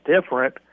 different